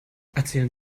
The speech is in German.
erzählen